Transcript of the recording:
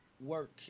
work